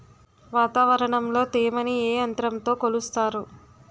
వాతావరణంలో తేమని ఏ యంత్రంతో కొలుస్తారు?